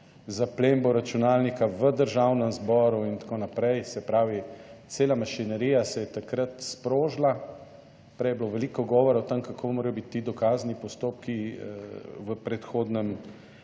zaplembo računalnika v Državnem zboru, itn.. se pravi, cela mašinerija se je takrat sprožila. Prej je bilo veliko govora o tem kako morajo biti ti dokazni postopki v predhodnem